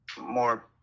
more